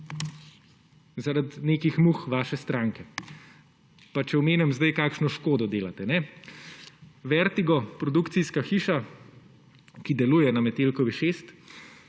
zaradi nekih muh vaše stranke. Pa če omenim zdaj, kakšno škodo delate. Vertigo, produkcijska hiša, ki deluje na Metelkovi 6,